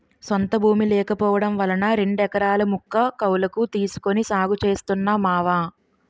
సొంత భూమి లేకపోవడం వలన రెండెకరాల ముక్క కౌలకు తీసుకొని సాగు చేస్తున్నా మావా